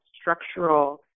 structural